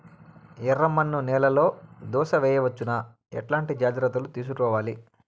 ఎర్రమన్ను నేలలో దోస వేయవచ్చునా? ఎట్లాంటి జాగ్రత్త లు తీసుకోవాలి?